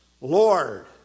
Lord